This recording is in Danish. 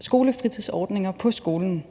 skolefritidsordninger på skolen.